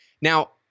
Now